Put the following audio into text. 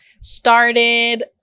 started